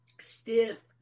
stiff